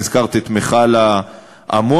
הזכרת את מכל האמוניה,